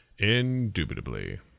Indubitably